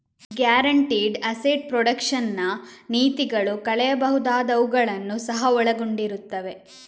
guaranteed asset protection ನ ನೀತಿಗಳು ಕಳೆಯಬಹುದಾದವುಗಳನ್ನು ಸಹ ಒಳಗೊಂಡಿರುತ್ತವೆ